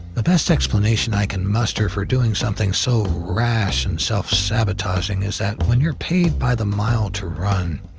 the best explanation i can muster for doing something so rash and self-sabotaging, is that when you're paid by the mile to run,